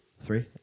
Three